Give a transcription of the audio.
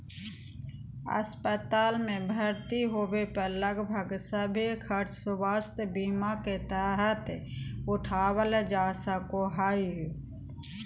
अस्पताल मे भर्ती होबे पर लगभग सभे खर्च स्वास्थ्य बीमा के तहत उठावल जा सको हय